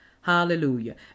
Hallelujah